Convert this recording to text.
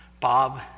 Bob